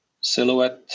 silhouette